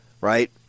right